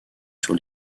sur